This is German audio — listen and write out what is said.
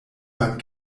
beim